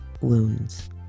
wounds